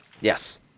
Yes